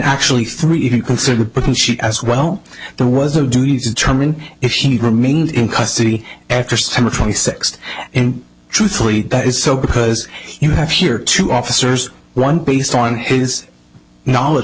actually three even considered because she as well there was a do you determine if he remains in custody after september twenty sixth and truthfully that is so because you have here two officers one based on his knowledge